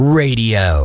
radio